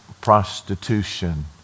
prostitution